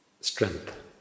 strength